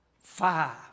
Five